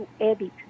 edit